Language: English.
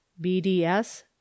BDS